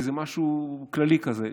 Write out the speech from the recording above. כי זה משהו כללי כזה.